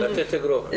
לתת אגרוף.